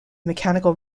mechanical